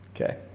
Okay